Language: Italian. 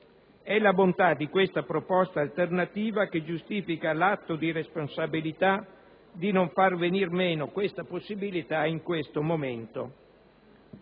È la bontà di questa proposta alternativa che giustifica l'atto di responsabilità di non far venir meno questa possibilità in questo momento».